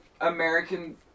American